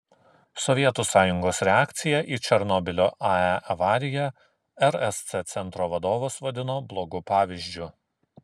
sovietų sąjungos reakciją į černobylio ae avariją rsc centro vadovas vadino blogu pavyzdžiu